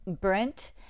Brent